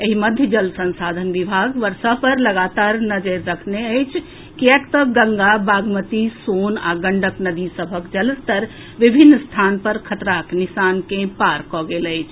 एहि मध्य जल संसाधन विभाग वर्षा पर लगातार नजरि रखने अछि किएक तऽ गंगा बागमती सोन आ गंडक नदी सभक जलस्तर विभिन्न स्थान पर खतराक निशान के पार कऽ गेल अछि